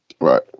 Right